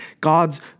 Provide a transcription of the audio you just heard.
God's